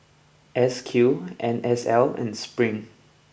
S Q N S L and Spring